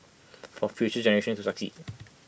for future generations to succeed